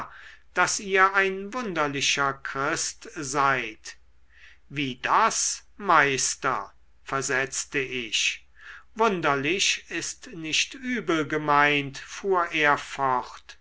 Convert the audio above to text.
daß ihr ein wunderlicher christ seid wie das meister versetzte ich wunderlich ist nicht übel gemeint